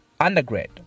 undergrad